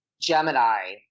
Gemini